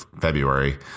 February